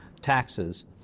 taxes